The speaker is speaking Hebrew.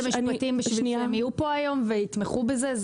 המשפטים בשביל שהם יהיו פה היום ויתמכו בזה?